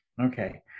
okay